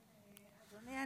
אדוני,